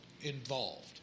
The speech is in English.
involved